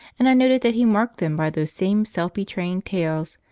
and i noted that he marked them by those same self betraying tails,